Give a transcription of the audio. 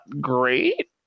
great